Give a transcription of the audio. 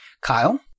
Kyle